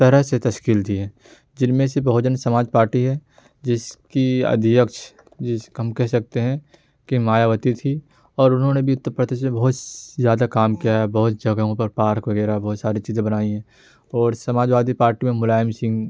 طرح سے تشکیل دی ہے جن میں سے بہوجن سماج پارٹی ہے جس کی ادھیکش جس ہم کہہ سکتے ہیں کہ مایا وتی تھیں اور انہوں نے بھی اتر پردیش میں بہت زیادہ کام کیا ہے بہت جگہوں پر پارک وغیرہ بہت ساری چیزیں بنائی ہیں اور سماج وادی پارٹی میں ملائم سنگھ